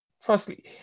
Firstly